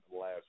last